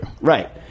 Right